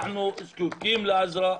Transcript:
אנחנו זקוקים לעזרה.